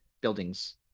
buildings